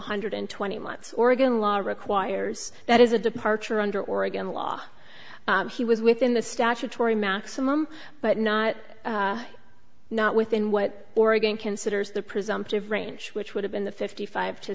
hundred twenty months oregon law requires that is a departure under oregon law he was within the statutory maximum but not not within what oregon considers the presumptive range which would have been the fifty five t